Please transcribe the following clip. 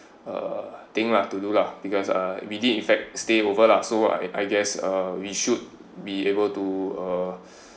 uh thing lah to do lah because we did in fact stayed over lah so I I guess we should be able to uh